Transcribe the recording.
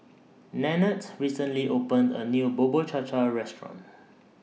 Nannette recently opened A New Bubur Cha Cha Restaurant